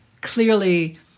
clearly